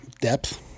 depth